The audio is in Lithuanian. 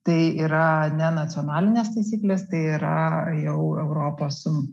tai yra ne nacionalinės taisyklės tai yra jau europos